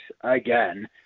again